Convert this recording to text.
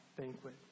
banquet